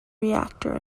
reactor